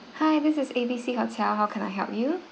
hi this is A B C hotel how can I help you